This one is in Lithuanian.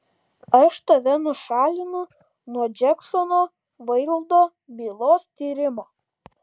aš tave nušalinu nuo džeksono vaildo bylos tyrimo